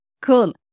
Cool